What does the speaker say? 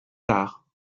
tard